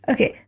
Okay